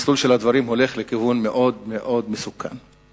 המסלול של הדברים הולך לכיוון מאוד-מאוד מסוכן.